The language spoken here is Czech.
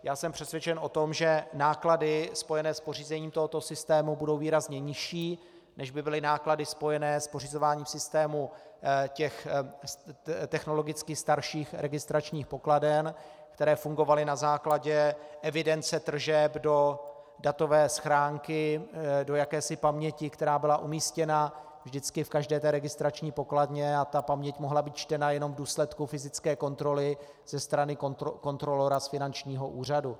Já jsem přesvědčen o tom, že náklady spojené s pořízením tohoto systému budou výrazně nižší, než by byly náklady spojené s pořizováním systému těch technologicky starších registračních pokladen, které fungovaly na základě evidence tržeb do datové schránky, do jakési paměti, která byla umístěna vždycky v každé té registrační pokladně, a ta paměť mohla být čtena jenom v důsledku fyzické kontroly ze strany kontrolora finančního úřadu.